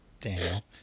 Daniel